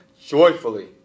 joyfully